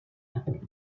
amoureux